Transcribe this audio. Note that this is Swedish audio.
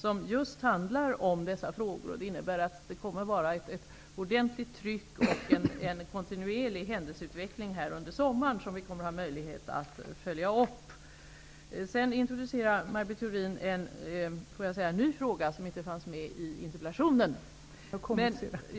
som just handlar om dessa frågor, kommer att äga rum i augusti i Kirkenes. Det innebär att det kommer att vara ett ordentligt tryck och en kontinuerlig händelseutveckling under sommaren som vi kommer att ha möjlighet att följa upp. Sedan introducerade Maj Britt Theorin en ny fråga, som inte fanns med i interpellationen.